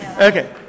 Okay